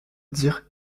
dire